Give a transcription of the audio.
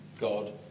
God